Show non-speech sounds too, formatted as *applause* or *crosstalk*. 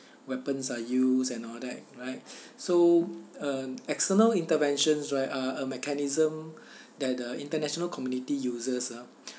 weapons are used and all that right *breath* so uh external interventions right are a mechanism *breath* that uh international community uses ah *breath*